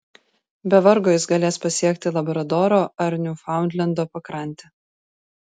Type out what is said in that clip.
be vargo jis galės pasiekti labradoro ar niufaundlendo pakrantę